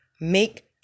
make